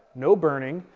no burning.